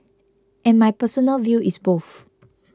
and my personal view is both